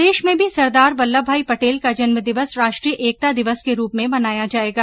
प्रदेश में भी सरदार वल्लभ भाई पटेल का जन्म दिवस राष्ट्रीय एकता दिवस के रूप में मनाया जाएगा